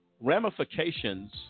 Ramifications